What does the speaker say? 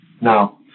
Now